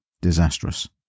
disastrous